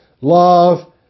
love